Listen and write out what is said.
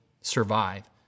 survive